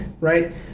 Right